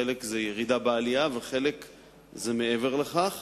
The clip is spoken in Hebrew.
חלק זה ירידה בעלייה וחלק זה מעבר לכך.